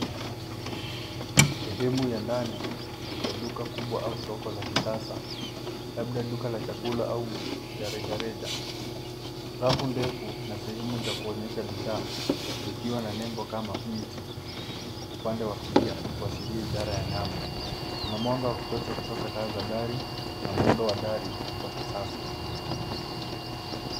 Sehemu ya ndani ya duka kubwa au soko la kisasa, labda duka la chakula au ya rejareja. Rafu ndefu na sehemu za kuonyesha bidhaa zikiwa na nembo kama meat upande wa kulia kuashiria idara ya nyama. Kuna mwanga wakutosha kutoka taa za dari na muundo wa dari wa kisasa.